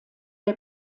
der